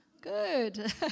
Good